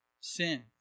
sin